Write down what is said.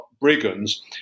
brigands